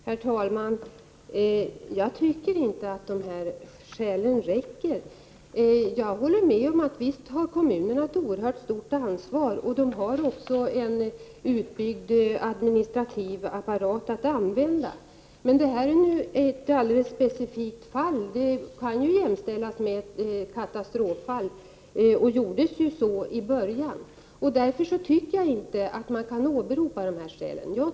Herr talman! Jag tycker inte att de skälen räcker. Jag håller med om att visst har kommunerna ett oerhört stort ansvar och också en utbyggd administrativ apparat att använda, men här är det ju fråga om ett alldeles specifikt fall. Följderna av Tjernobylolyckan kan jämställas med en kata 39 strofsituation, och så betraktades de ju också i början. Därför tycker jag inte att man kan åberopa de skäl som miljöoch energiministern anför.